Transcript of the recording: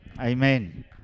amen